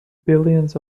billions